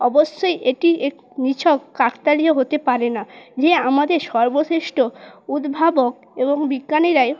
অবশ্যই এটি এক নিছক কাকতালীয় হতে পারে না যে আমাদের সর্বশ্রেষ্ঠ উদ্ভাবক এবং বিজ্ঞানীরাই